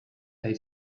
they